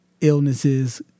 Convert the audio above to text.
illnesses